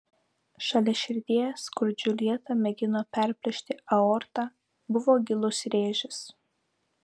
šalia širdies kur džiuljeta mėgino perplėšti aortą buvo gilus rėžis